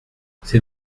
c’est